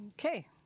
Okay